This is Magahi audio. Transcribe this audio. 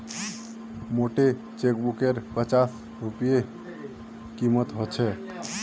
मोटे चेकबुकेर पच्चास रूपए कीमत ह छेक